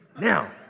Now